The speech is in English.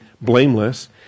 blameless